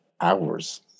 hours